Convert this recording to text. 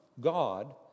God